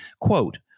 Quote